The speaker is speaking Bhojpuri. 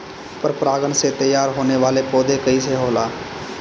पर परागण से तेयार होने वले पौधे कइसे होएल?